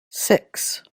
six